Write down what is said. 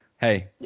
Hey